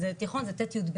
זה תיכון זה ט - יב,